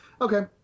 Okay